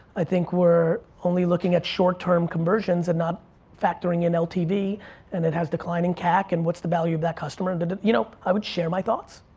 i think we're only looking at short term conversions and not factoring in ltv and it has decline in cac and what's the value of that customer. and you know i would share my thoughts.